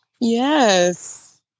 Yes